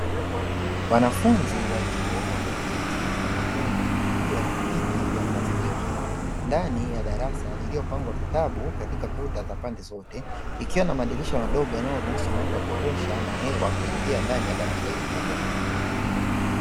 Wanafunzi wachuo wameketi kwa makundi juu ya viti vya plastiki ndani ya darasa lililopangwa vitabu katika kuta za pande zote, ikiwa na madirisha madogo yanayo ruhusu mwanga kutosha na hewa kuingia ndani ya darasa hili kubwa.